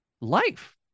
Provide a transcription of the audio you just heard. life